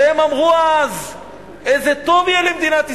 שאז הם אמרו איזה טוב יהיה למדינת ישראל,